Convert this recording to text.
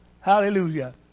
Hallelujah